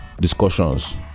discussions